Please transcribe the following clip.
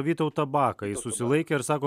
vytautą baką jis susilaikė ir sako